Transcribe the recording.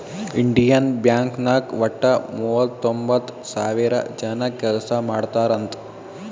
Indian Bank ನಾಗ್ ವಟ್ಟ ಮೂವತೊಂಬತ್ತ್ ಸಾವಿರ ಜನ ಕೆಲ್ಸಾ ಮಾಡ್ತಾರ್ ಅಂತ್